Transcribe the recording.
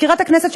מזכירת הכנסת,